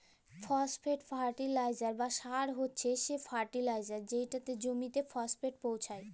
phosphate fertiliser বা সার হছে সে ফার্টিলাইজার যেটতে জমিতে ফসফেট পোঁছায়